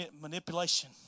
manipulation